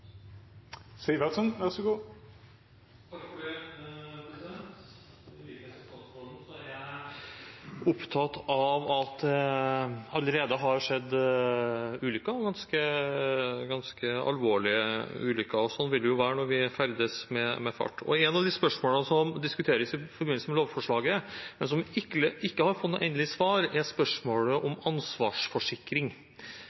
er jeg opptatt av at det allerede har skjedd ulykker – ganske alvorlige ulykker – og sånn vil det være når vi ferdes med fart. Et av de spørsmålene som diskuteres i forbindelse med lovforslaget, men som ikke har fått noe endelig svar, er spørsmålet